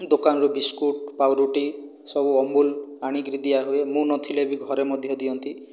ଦୋକାନରୁ ବିସ୍କୁଟ ପାଉଁରୁଟି ସବୁ ଅମୁଲ ଆଣିକିରି ଦିଆହୁଏ ମୁଁ ନଥିଲେ ବି ଘରେ ମଧ୍ୟ ଦିଅନ୍ତି